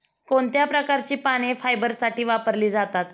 कोणत्या प्रकारची पाने फायबरसाठी वापरली जातात?